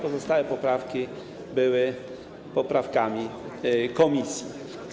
Pozostałe poprawki były poprawkami komisji.